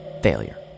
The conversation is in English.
Failure